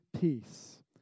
peace